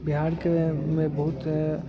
बिहारके मे बहुत